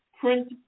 print